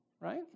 right